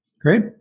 Great